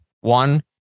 one